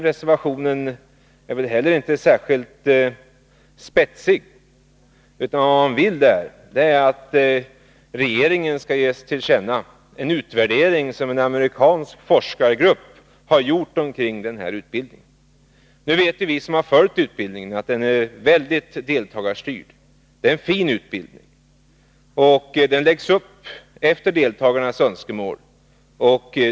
Reservationen är inte särskilt spetsig. Vad man vill är att regeringen skall ges till känna en utvärdering som en amerikansk forskargrupp har gjort rörande denna utbildning. Nu vet vi som har följt utbildningen att den är väldigt deltagarstyrd. Det är en fin utbildning. Den läggs upp efter deltagarnas önskemål och behov.